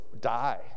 die